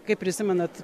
kaip prisimenat